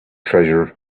treasure